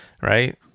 right